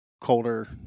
colder